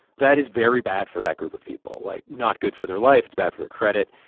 that is very bad for that group of people like, not good for their life, it's bad for their credit.